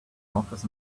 office